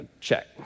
check